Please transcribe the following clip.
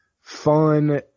fun